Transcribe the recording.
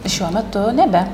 šiuo metu nebe